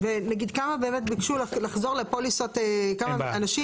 וכמה ביקשו לחזור לפוליסת --- אין בעיה,